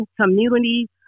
community